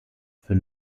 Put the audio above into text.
für